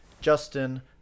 Justin